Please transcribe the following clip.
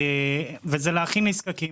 וזה להכי נזקקים,